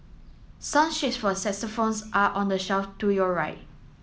song sheets for saxophones are on the shelf to your right